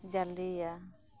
ᱡᱟᱞᱮᱭᱟ